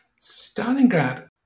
Stalingrad